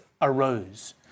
arose